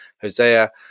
Hosea